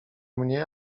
mnie